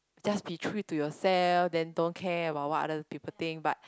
just be true to yourself then don't care about what other people think but